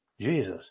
Jesus